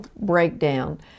breakdown